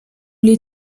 les